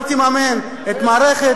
לא תממן את מערכת